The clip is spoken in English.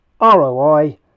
ROI